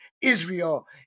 Israel